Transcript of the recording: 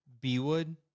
B-Wood